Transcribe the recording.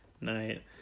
Night